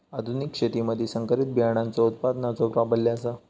आधुनिक शेतीमधि संकरित बियाणांचो उत्पादनाचो प्राबल्य आसा